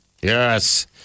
Yes